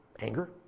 anger